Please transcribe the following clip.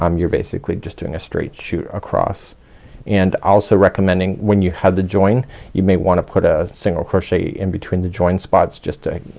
um you're basically just doing a straight shoot across and also recommending when you have the join you may wanna put a single crochet in between the join spots just to